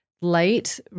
light